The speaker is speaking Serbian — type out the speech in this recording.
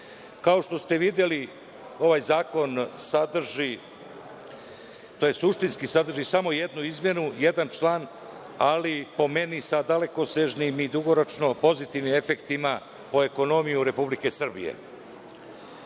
što ste videli, ovaj zakon suštinski sadrži samo jednu izmenu, jedan član, ali, po meni, sa dalekosežnim i dugoročno pozitivnim efektima po ekonomiju Republike Srbije.